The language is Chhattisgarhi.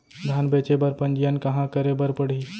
धान बेचे बर पंजीयन कहाँ करे बर पड़ही?